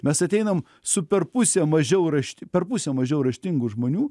mes ateinam su per pusę mažiau rašt per pusę mažiau raštingų žmonių